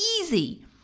easy